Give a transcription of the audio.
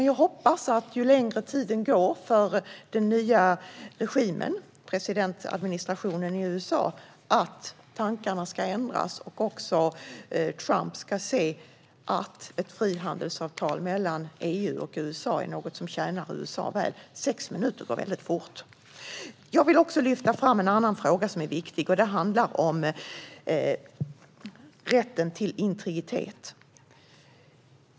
Jag hoppas att, ju längre tiden går för den nya regimen, presidentadministrationen i USA, tankarna ska ändras och också Trump ska se att ett frihandelsavtal mellan EU och USA är något som tjänar USA väl. Jag vill också lyfta fram en annan fråga som är viktig, nämligen rätten till integritet.